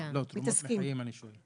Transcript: לא, אני שואל על תרומות מהחיים.